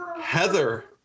Heather